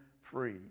free